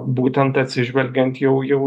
būtent atsižvelgiant jau jau